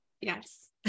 yes